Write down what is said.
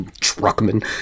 truckman